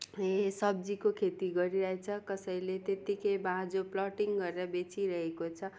ए सब्जीको खेती गरिरहेको छ कसैले त्यतिकै बाँझो प्लटिङ गरेर बेचिरहेको छ